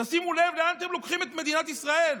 תשימו לב לאן אתם לוקחים את מדינת ישראל.